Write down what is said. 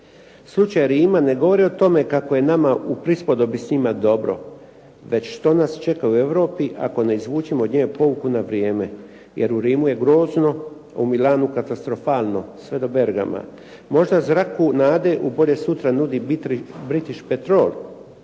Slučaj Rima ne govori o tome kako je nama u prispodobi s njima dobro već što nas čeka u Europi ako ne izvučemo od nje pouku na vrijeme jer u Rimu je grozno, u Milanu katastrofalno sve do Bergama. Možda zraku nade u bolje sutra nudi British Petrol